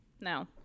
no